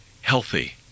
healthy